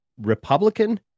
Republican